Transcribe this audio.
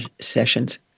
sessions